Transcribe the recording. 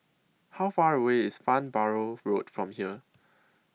How Far away IS Farnborough Road from here